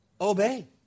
obey